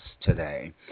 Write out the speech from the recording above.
today